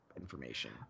information